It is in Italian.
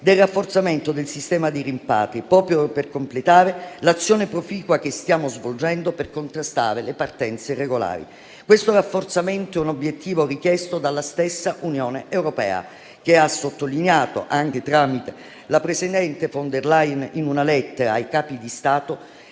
del rafforzamento del sistema dei rimpatri, proprio per completare l'azione proficua che stiamo svolgendo per contrastare le partenze irregolari. Questo rafforzamento è un obiettivo richiesto dalla stessa Unione europea, come ha sottolineato anche la presidente von der Leyen in una lettera ai capi di Stato